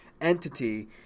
entity